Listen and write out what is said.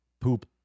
poop